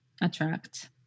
attract